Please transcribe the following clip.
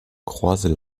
croisent